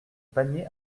panier